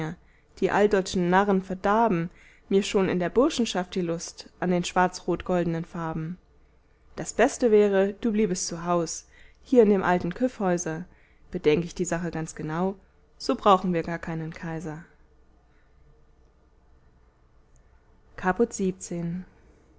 die altdeutschen narren verdarben mir schon in der burschenschaft die lust an den schwarzrotgoldnen farben das beste wäre du bliebest zu haus hier in dem alten kyffhäuser bedenk ich die sache ganz genau so brauchen wir gar keinen kaiser caput